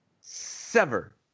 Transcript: sever